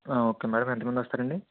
okay madam ఎంతమంది వస్తారండి